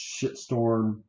shitstorm